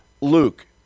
Luke